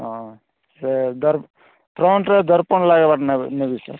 ହଁ ସେ ଫ୍ରଣ୍ଟରେ ଦର୍ପଣ ଲାଗିବାର ନେବି ସାର୍